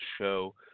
show